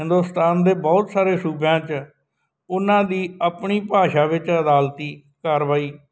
ਹਿੰਦੁਸਤਾਨ ਦੇ ਬਹੁਤ ਸਾਰੇ ਸੂਬਿਆਂ 'ਚ ਉਹਨਾਂ ਦੀ ਆਪਣੀ ਭਾਸ਼ਾ ਵਿੱਚ ਅਦਾਲਤੀ ਕਾਰਵਾਈ